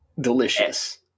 Delicious